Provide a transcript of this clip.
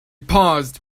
paused